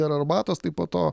dėl arbatos tai po to